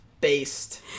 Based